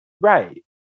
right